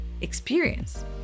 experience